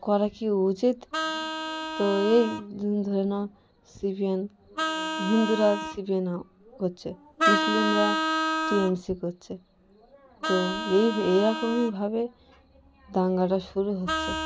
করা কি উচিৎ তো এই ধরে নাও সি পি এম হিন্দুরা সি পি এম করছে মুসলিমরা টি এম সি করছে তো এই এইরকমইভাবে দাঙ্গাটা শুরু হচ্ছে